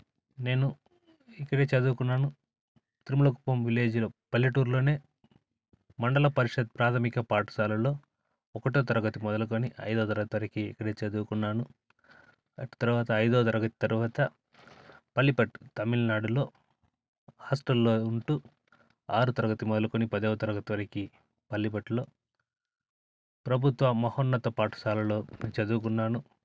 నేను ఇక్కడే చదువుకున్నాను తిరుమల కుప్పం విలేజ్లో పల్లెటూరులోనే మండల పరిషత్ ప్రాథమిక పాఠశాలలో ఒకటవ తరగతి మొదలుకొని ఐదో తరగతి వరకి ఇక్కడే చదువుకున్నాను తర్వాత ఐదో తరగతి తర్వాత పళ్ళిపట్టు తమిళనాడులో హాస్టల్లో ఉంటు ఆరో తరగతి మొదలుకొని పదో తరగతి వరకి పళ్ళిపట్టులో ప్రభుత్వ మహోన్నత పాఠశాలలో చదువుకున్నాను